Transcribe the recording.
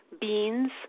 beans